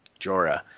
Jorah